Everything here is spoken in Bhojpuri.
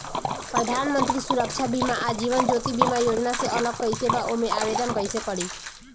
प्रधानमंत्री सुरक्षा बीमा आ जीवन ज्योति बीमा योजना से अलग कईसे बा ओमे आवदेन कईसे करी?